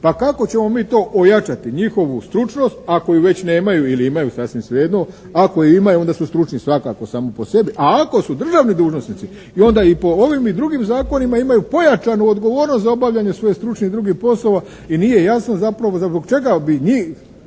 Pa kako ćemo mi to ojačati njihovu stručnost ako ju već nemaju ili imaju, sasvim svejedno. Ako ju imaju onda su stručni svakako sami po sebi, a ako su državni dužnosnici onda i po ovim i po drugim zakonima imaju pojačanu odgovornost za obavljanje svoje stručne i druge poslova i nije jasno zapravo zbog čega bi njih